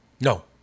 No